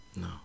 No